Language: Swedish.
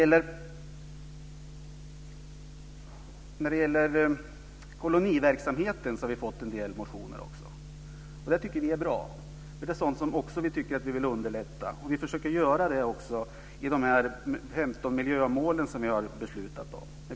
Också när det gäller koloniverksamheten har vi fått en del motioner. Det tycker vi är bra, för det är sådant som vi tycker att vi vill underlätta. Vi försöker också göra det i de här 15 miljömålen som vi har beslutat om.